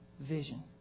vision